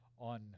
on